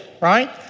right